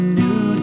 new